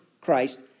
Christ